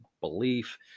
belief